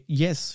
yes